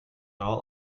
all